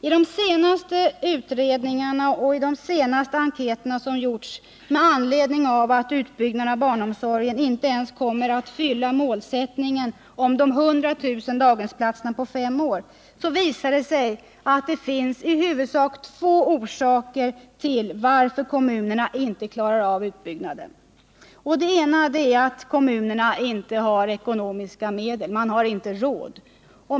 I de senaste utredningarna och i de senaste enkäterna, som gjorts med anledning av att utbyggnaden av barnomsorgen inte ens kommer att fylla målsättningen 100 000 daghemsplatser på fem år, visar det sig att det i huvudsak finns två orsaker till att kommunerna inte klarar av utbyggnaden. Den ena orsaken är att kommunerna inte har medel, de har inte råd.